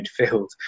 midfield